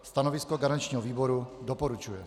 Stanovisko garančního výboru: doporučuje.